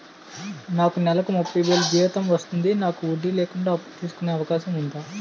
నాకు నేలకు ముప్పై వేలు జీతం వస్తుంది నాకు వడ్డీ లేకుండా అప్పు తీసుకునే అవకాశం ఉందా